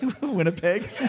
Winnipeg